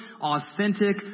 authentic